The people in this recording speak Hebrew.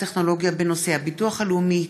חוק הביטוח הלאומי (תיקון,